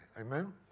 Amen